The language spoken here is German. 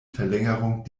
verlängerung